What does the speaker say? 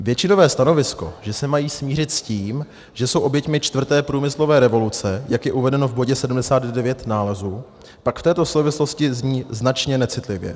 Většinové stanovisko, že se mají smířit s tím, že jsou oběťmi čtvrté průmyslové revoluce, jak je uvedeno v bodě 79 nálezu, pak v této souvislosti zní značně necitlivě.